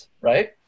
right